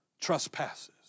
trespasses